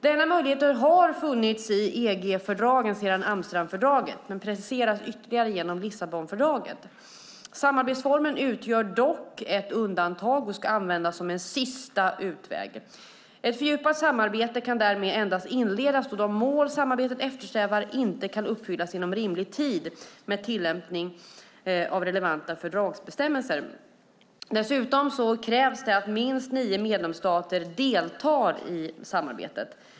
Denna möjlighet har funnits i EG-fördragen sedan Amsterdamfördraget men preciseras ytterligare genom Lissabonfördraget. Samarbetsformen utgör dock ett undantag och ska användas som en sista utväg. Ett fördjupat samarbete kan därmed endast inledas då de mål samarbetet eftersträvar inte kan uppfyllas inom rimlig tid med tillämpning av relevanta fördragsbestämmelser. Dessutom krävs det att minst nio medlemsstater deltar i samarbetet.